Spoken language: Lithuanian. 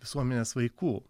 visuomenės vaikų